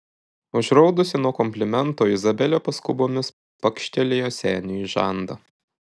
užraudusi nuo komplimento izabelė paskubomis pakštelėjo seniui į žandą